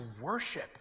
worship